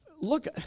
Look